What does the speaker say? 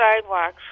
sidewalks